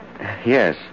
Yes